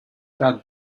that